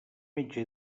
metge